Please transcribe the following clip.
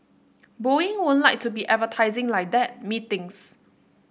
Boeing wouldn't like to be advertising like that methinks